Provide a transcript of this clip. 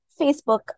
Facebook